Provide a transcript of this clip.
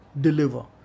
deliver